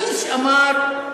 האיש אמר,